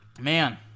man